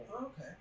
Okay